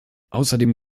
außerdem